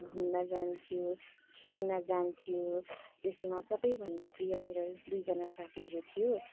घुम्न जान्थ्यौँ खेल्न जान्थ्यौँ त्यसमा सबैभन्दा प्रिय मेरो दुईजना साथीहरू थियो